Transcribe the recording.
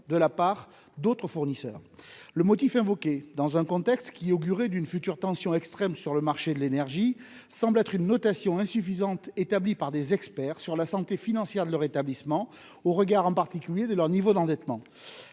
de la part d'autres fournisseurs. Le motif invoqué, dans un contexte qui augurait d'une future tension extrême sur le marché de l'énergie, semble être une notation insuffisante, établie par des experts, quant à la santé financière de leur établissement au regard, en particulier, de leur niveau d'endettement.